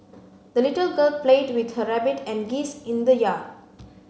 the little girl played with her rabbit and geese in the yard